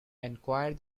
enquired